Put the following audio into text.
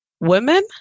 women